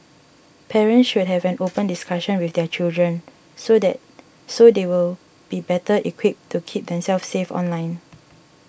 parents should have an open discussion with their children so then so they will be better equipped to keep themselves safe online